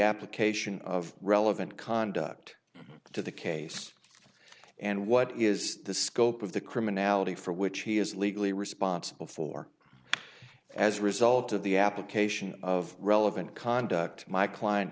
application of relevant conduct to the case and what is the scope of the criminality for which he is legally responsible for as a result of the application of relevant conduct my client